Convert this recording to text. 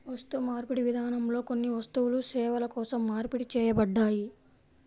వస్తుమార్పిడి విధానంలో కొన్ని వస్తువులు సేవల కోసం మార్పిడి చేయబడ్డాయి